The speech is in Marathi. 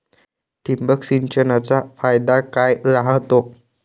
ठिबक सिंचनचा फायदा काय राह्यतो?